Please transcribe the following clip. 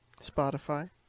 Spotify